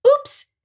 oops